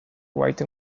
white